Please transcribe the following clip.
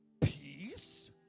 peace